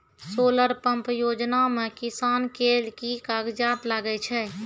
Solar pump योजना म किसान के की कागजात लागै छै?